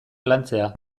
lantzea